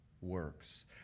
works